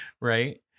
Right